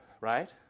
right